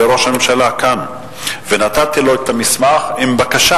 אל ראש הממשלה כאן ונתתי לו את המסמך עם בקשה